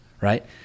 right